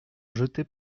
jetait